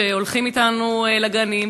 שהולכים אתנו לגנים,